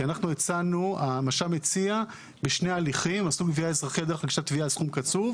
כי המש"מ הציע בשני ההליכים מסלול גבייה אזרחי והגשת תביעה בסכום קצוב